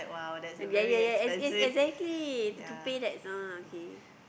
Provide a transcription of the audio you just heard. and ya ya ya yes yes exactly to pay debts ah okay